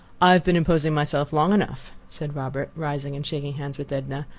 i've been imposing myself long enough, said robert, rising, and shaking hands with edna.